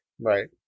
Right